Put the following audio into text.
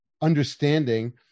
understanding